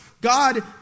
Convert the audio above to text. God